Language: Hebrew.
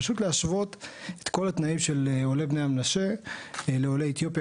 פשוט להשוות את כל התנאים של עולי בני המנשה לעולי אתיופיה,